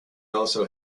also